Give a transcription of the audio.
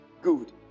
good